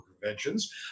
Conventions